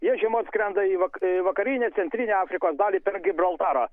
jie žiemot skrenda į vakar vakarinę centrinę afrikos dalį per gibraltarą